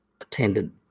attended